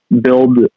build